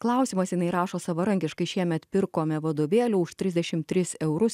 klausimas jinai rašo savarankiškai šiemet pirkome vadovėlių už trisdešim tris eurus